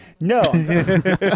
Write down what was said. No